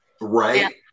Right